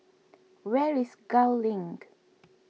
where is Gul Link